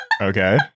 okay